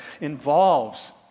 involves